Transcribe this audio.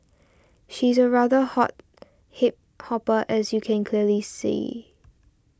she's a rather hot hip hopper as you can clearly see